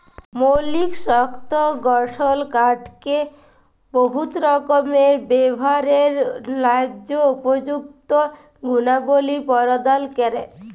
মৌলিক শক্ত গঠল কাঠকে বহুত রকমের ব্যাভারের ল্যাযে উপযুক্ত গুলবলি পরদাল ক্যরে